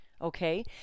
okay